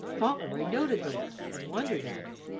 fauntleroy noted the look and wondered at it.